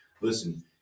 Listen